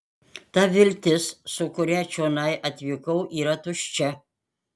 ta viltis su kuria čionai atvykau yra tuščia